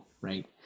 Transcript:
right